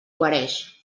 guareix